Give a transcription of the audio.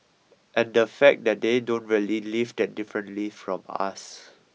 and the fact that they don't really live that differently from us